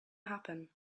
happen